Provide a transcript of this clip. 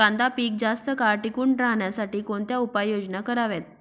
कांदा पीक जास्त काळ टिकून राहण्यासाठी कोणत्या उपाययोजना कराव्यात?